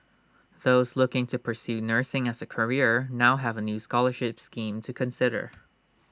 those looking to pursue nursing as A career now have A new scholarship scheme to consider